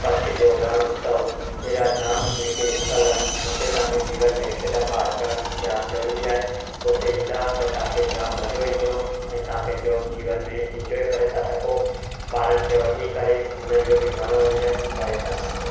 कच्छ जो रण उत्सव अहिड़ा जाम जेके स्थल आहिनि हुते तव्हांखे जीवन में हिकु दफ़ा अचणु जाम ज़रूरी आहे हुते ईंदा त तव्हांखे जाम मज़ो ईंदो ऐं तव्हां पंहिंजो जीवन में इंजॉय करे था सघो ॿारनि खे वठी करे उन्हनि जो बि मनोरंजन करे था सघो